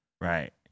Right